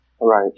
Right